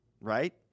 right